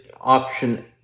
option